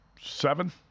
Seven